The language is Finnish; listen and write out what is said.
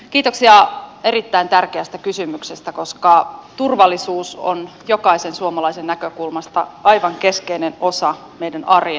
kiitoksia erittäin tärkeästä kysymyksestä koska turvallisuus on jokaisen suomalaisen näkökulmasta aivan keskeinen osa meidän arjen elämää